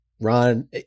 ron